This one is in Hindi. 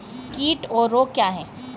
कीट और रोग क्या हैं?